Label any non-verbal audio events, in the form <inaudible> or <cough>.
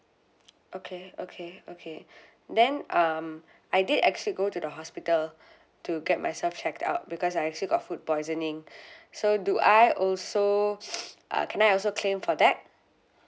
okay okay okay <breath> then um I did actually go to the hospital <breath> to get myself checked out because I actually got food poisoning <breath> so do I also <breath> uh can I also claim for that